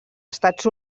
estats